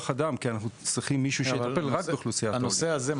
אדם כי אנחנו צריכים מישהו שיטפל בנושא --- הנושא הזה,